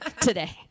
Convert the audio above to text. today